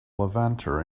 levanter